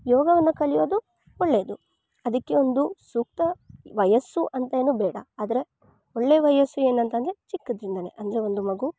ಯೋಗವನ್ನು ಕಲಿಯೋದು ಒಳ್ಳೆದು ಅದ್ಕೆ ಒಂದು ಸೂಕ್ತ ವಯಸ್ಸು ಅಂತೇನು ಬೇಡ ಅದರ ಒಳ್ಳೆ ವಯಸ್ಸು ಏನಂತಂದ್ರೆ ಚಿಕ್ಕದ್ರಿಂದನೆ ಅಂದ್ರೆ ಒಂದು ಮಗು